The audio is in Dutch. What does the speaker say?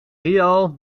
real